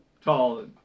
Tall